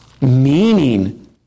meaning